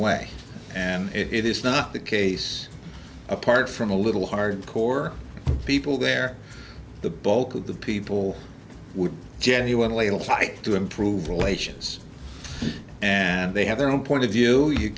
way and it is not the case apart from a little hard core people there the bulk of the people we genuinely will try to improve relations and they have their own point of view you